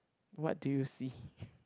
what do you see